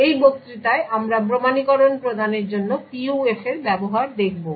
এই বক্তৃতায় আমরা প্রমাণীকরণ প্রদানের জন্য PUF এর ব্যবহার দেখব